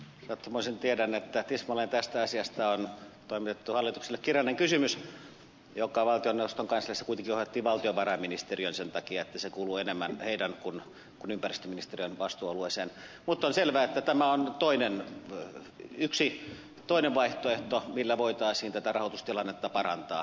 sattumoisin tiedän että tismalleen tästä asiasta on toimitettu hallitukselle kirjallinen kysymys joka valtioneuvoston kansliassa kuitenkin ohjattiin valtiovarainministeriöön sen takia että se kuuluu enemmän sen kuin ympäristöministeriön vastuualueeseen mutta on selvää että tämä on nyt yksi toinen vaihtoehto millä voitaisiin tätä rahoitustilannetta parantaa